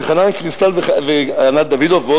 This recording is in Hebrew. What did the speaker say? וחנן קריסטל וענת דוידוב,